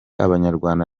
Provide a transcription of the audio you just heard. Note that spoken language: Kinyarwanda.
abanyarwanda